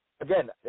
again